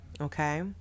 okay